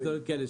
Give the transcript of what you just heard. לדברים כאלה.